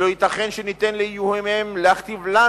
ולא ייתכן שניתן לאיומיהם להכתיב לנו